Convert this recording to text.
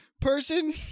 person